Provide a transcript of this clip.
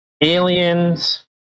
Aliens